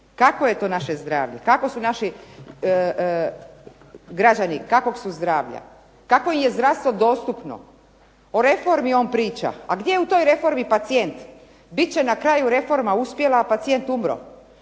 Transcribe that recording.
Kakvo je to naše zdravlje? Kakvi su naši građani, kakvog su zdravlja, kakvo im je zdravstvo dostupno. O reformi on priča. A gdje je u toj reformi pacijent? Bit će na kraju reforma uspjela, a pacijent umro.